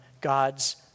God's